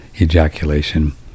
ejaculation